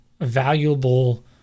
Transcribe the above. valuable